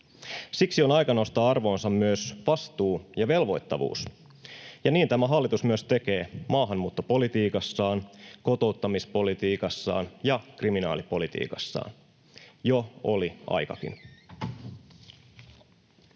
Siksi on aika nostaa arvoonsa myös vastuu ja velvoittavuus, ja niin tämä hallitus myös tekee maahanmuuttopolitiikassaan, kotouttamispolitiikassaan ja kriminaalipolitiikassaan. Jo oli aikakin.